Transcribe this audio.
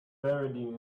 parading